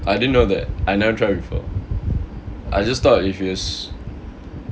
I didn't know that I never try before I just thought